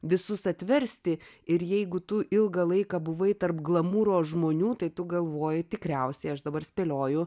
visus atversti ir jeigu tu ilgą laiką buvai tarp glamūro žmonių tai tu galvoji tikriausiai aš dabar spėlioju